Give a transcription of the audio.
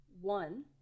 one